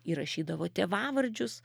įrašydavo tėvavardžius